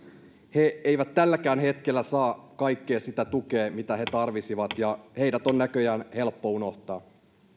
he eivät tälläkään hetkellä saa kaikkea sitä tukea mitä he tarvitsisivat ja heidät on näköjään helppo unohtaa